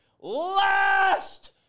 last